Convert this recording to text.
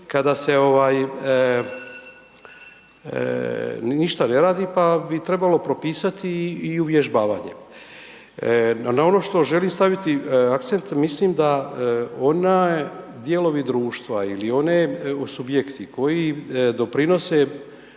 kada se ovaj ništa ne radi pa bi trebalo propisati i uvježbavanje. Na ono što želim staviti akcent mislim da onaj dijelovi društva ili one subjekti koji doprinose